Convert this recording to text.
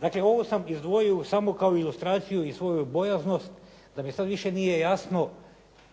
Dakle, ovo sam izdvojio u samo kao ilustraciju i svoju bojaznost da mi sad više nije jasno